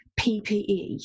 PPE